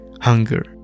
hunger